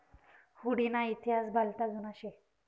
हुडी ना इतिहास भलता जुना शे